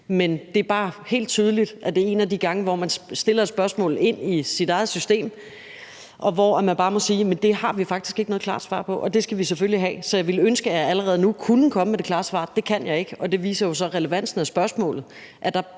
Men det er bare helt tydeligt, at det er en af de gange, hvor man stiller et spørgsmål i sit eget system, og hvor vi bare må sige, at det har vi faktisk ikke noget klart svar på. Det skal vi selvfølgelig have, og jeg ville ønske, at jeg allerede nu kunne komme med det klare svar. Det kan jeg ikke, og det viser jo så relevansen af spørgsmålet.